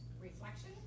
reflection